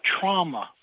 trauma